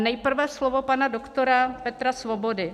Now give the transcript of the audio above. Nejprve slovo pana doktora Petra Svobody: